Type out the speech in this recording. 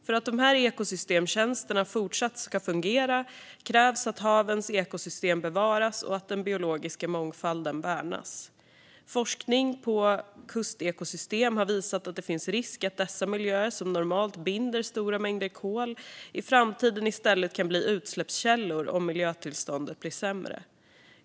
För att de här ekosystemtjänsterna fortsatt ska fungera krävs att havens ekosystem bevaras och att den biologiska mångfalden värnas. Forskning på kustekosystem har visat att det finns risk att dessa miljöer, som normalt binder stora mängder kol, i framtiden i stället kan bli utsläppskällor om miljötillståndet blir sämre.